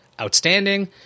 outstanding